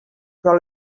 però